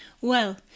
Well